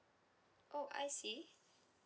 oh I see